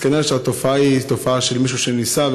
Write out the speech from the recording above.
אז כנראה התופעה היא תופעה של מישהו שניסה,